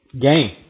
game